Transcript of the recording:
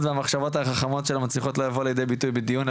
והמחשבות החכמות שלה מצליחות לבוא לידי ביטוי בדיון,